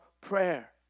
prayer